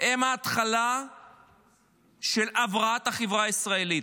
הם ההתחלה של הבראת החברה הישראלית.